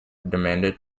demanded